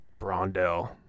Brondell